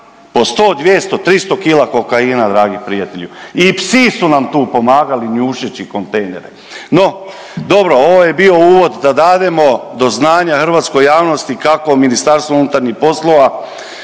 po 100, 200, 300 kila kokaina, dragi prijatelji. I psi su nam tu pomagali njušeći kontejnere. No, dobro, ovo je bio uvod da dademo do znanja hrvatskoj javnosti kako Ministarstvo unutarnjih poslova